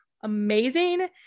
amazing